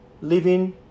Living